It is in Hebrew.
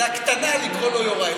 זאת הקטנה לקרוא לו יוראי.